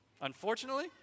Unfortunately